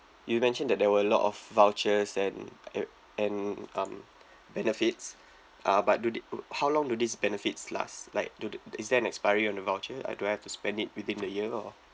you mentioned that there were a lot of vouchers and a~ and um benefits uh but do the~ how long do these benefits last like do they is there an expiry on the voucher I do have to spend it within the year or